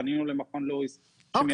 פנינו למכון לואיס שמייצג אותם,